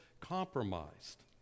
compromised